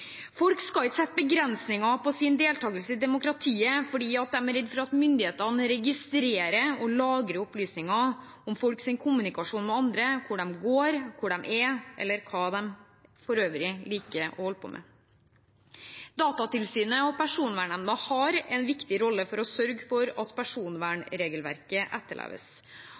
Folk skal ikke sette begrensninger for sin deltakelse i demokratiet fordi de er redde for at myndighetene registrerer og lagrer opplysninger om deres kommunikasjon med andre – hvor de går, hvor de er, eller hva de for øvrig liker å holde på med. Datatilsynet og Personvernnemnda har en viktig rolle i å sørge for at personvernregelverket etterleves.